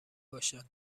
باشند